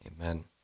Amen